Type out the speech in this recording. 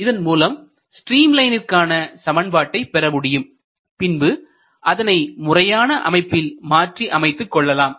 இதன் மூலம் ஸ்ட்ரீம் லைனிற்கான சமன்பாட்டை பெறமுடியும் பின்பு அதனை முறையான அமைப்பில் மாற்றி அமைத்துக்கொள்ளலாம்